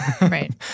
Right